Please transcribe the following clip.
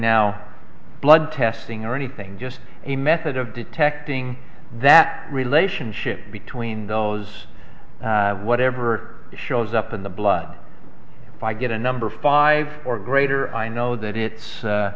now blood testing or anything just a method of detecting that relationship between those whatever shows up in the blood if i get a number five or greater i know that it's a